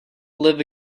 live